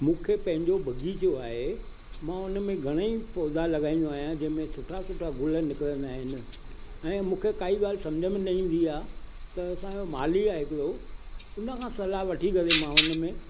मूंखे पंहिंजो बाग़ीचो आहे मां हुन में घणेई पोधा लॻाईंदो आहियां जंहिं में सुठा सुठा ग़ुल निकिरंदा आहिनि ऐं मूंखे काई ॻाल्हि समुझ में न ईंदी आहे त असांजो माली आहे हिकिड़ो हुन खां सलाह वठी करे मां हुन में